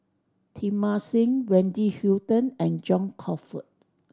Teng Mah Seng Wendy Hutton and John Crawfurd